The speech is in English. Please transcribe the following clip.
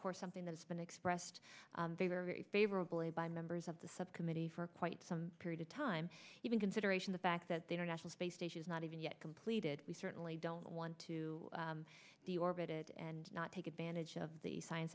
course something that's been expressed very favorably by members of the subcommittee for quite some period of time even consideration the fact that they are national space station is not even yet completed we certainly don't want to the orbited and not take advantage of the science